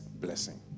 blessing